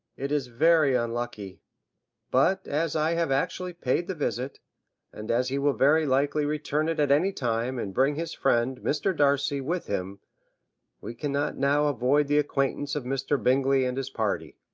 it is very unlucky but as i have actually paid the visit and as he will very likely return it at any time, and bring his friend, mr. darcy, with him we cannot now avoid the acquaintance of mr. bingley and his party.